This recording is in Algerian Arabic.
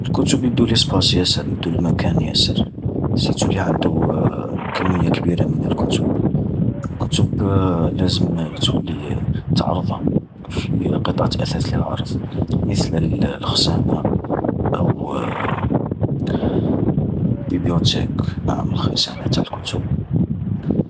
الكتب يدو ليسباس ياسر، يدو المكان ياسر، سيرتو اللي عندو كمية كبيرة من الكتب. الكتب لازم تولي تعرضهم في قطعة أثاث للعرض، مثل الخزانة أو بيبيوتاك، نعم الخزانة تع الكتب.